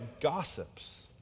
gossips